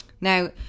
Now